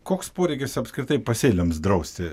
koks poreikis apskritai pasėliams drausti